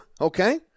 Okay